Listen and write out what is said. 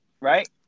right